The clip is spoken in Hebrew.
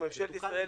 זה תוקן לפני.